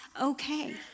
okay